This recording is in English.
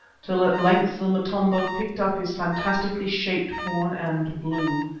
till at length the motombo picked up his fantastically shaped horn and blew.